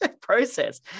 process